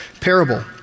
parable